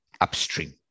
upstream